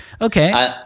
Okay